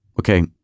okay